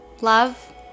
love